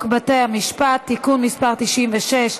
עסקים (תיקון מס' 34),